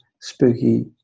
Spooky